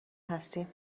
هستیم